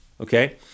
okay